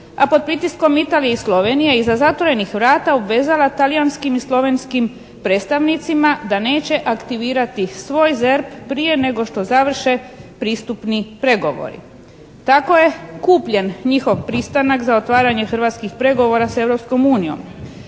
a pod pritiskom Italije i Slovenije iza zatvorenih vrata obvezala talijanskim i slovenskim predstavnicima da neće aktivirati svoj ZERP prije nego što završe pristupni pregovori. Tako je kupljen njihov pristanak za otvaranje hrvatskih pregovora s